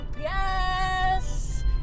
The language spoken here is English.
Yes